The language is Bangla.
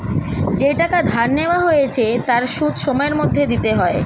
যেই টাকা ধার নেওয়া হয়েছে তার সুদ সময়ের মধ্যে দিতে হয়